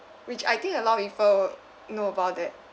which I think a lot of people know about that